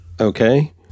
Okay